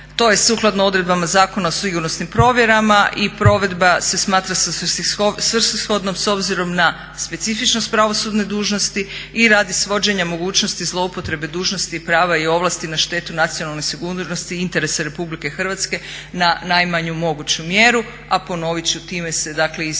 To je sukladno odredbama Zakona o sigurnosnim provjerama i provedba se smatra svrsishodnom s obzirom na specifičnost pravosudne dužnosti i radi svođenja mogućnost zloupotrebe dužnosti, prava i ovlasti na štetu nacionalne sigurnosti i interese RH na najmanju moguću mjeru, a ponovit ću time se dakle izjednačavaju